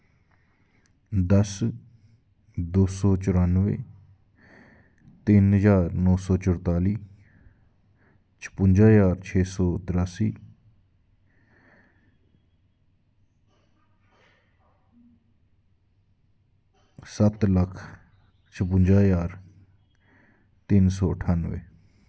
दस दो सौ चरानुएं तिन्न हजार दो सौ चरताली शपुंजा ज्हार त्रै सौ तरासी सत्त सक्ख शपुंजा ज्हार तिन्न सौ ठानुएं